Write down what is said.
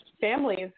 families